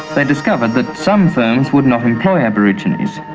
they discovered that some firms would not employ aborigines.